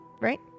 right